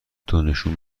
دونشون